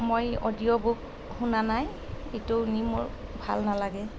মই audio book শুনা নাই এইটো শুনি মোৰ ভাল নালাগে